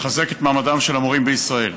לחזק את מעמדם של המורים בישראל.